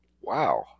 wow